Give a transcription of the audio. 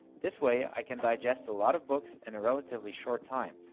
this way i can digest a lot of books in a relatively short time.